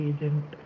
Agent